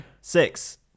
six